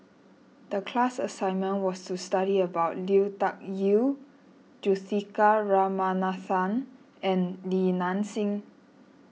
the class assignment was to study about Lui Tuck Yew Juthika Ramanathan and Li Nanxing